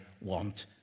want